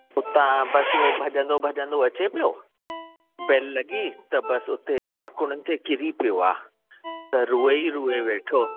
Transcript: उता बसि उहो भॼंदो भॼंदो अचे पियो बैल लॻी त बसि हुते ॾाकुड़नि ते किरी पियो आहे त रूए ई रूए वेठो